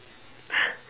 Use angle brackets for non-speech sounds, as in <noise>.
<breath>